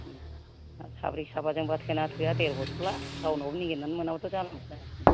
साब्रै साबाजोंबा थोयोना थोआ देर बथ'ला रावनियावबो नागिरनानै मोनाबाथ' जाल्लासो जानोसै